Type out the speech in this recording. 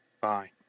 Bye